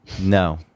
No